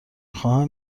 خواهم